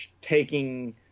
taking